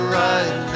right